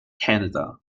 canada